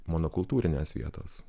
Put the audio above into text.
monokultūrinės vietos